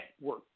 network